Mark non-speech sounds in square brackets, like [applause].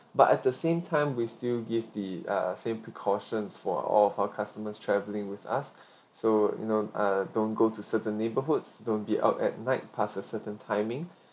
but at the same time we still give the uh same precautions for all of our customers travelling with us [breath] so you know uh don't go to certain neighbourhoods don't be out at night past a certain timing [breath]